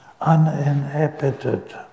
uninhabited